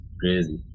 crazy